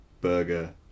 burger